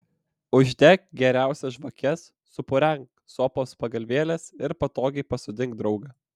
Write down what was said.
uždek geriausias žvakes supurenk sofos pagalvėles ir patogiai pasodink draugą